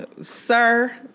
Sir